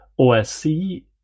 OSC